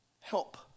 help